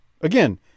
again